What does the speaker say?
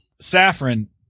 saffron